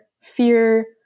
Fear